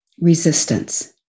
resistance